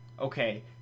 Okay